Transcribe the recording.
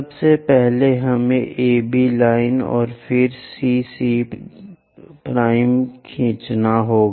सबसे पहले हमें AB लाइन और फिर CC खींचना होगा